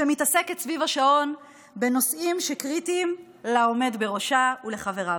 שמתעסקת סביב השעון בנושאים שקריטיים לעומד בראשה ולחבריו.